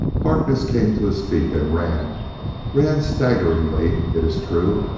harkness came to his feet and ran ran staggeringly, it is true,